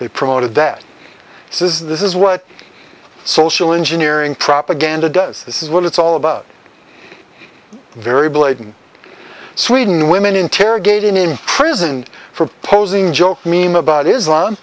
they promoted that says this is what social engineering propaganda does this is what it's all about very blatant sweden women interrogating him prison for posing joke mean about islam